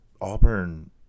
Auburn